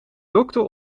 dokter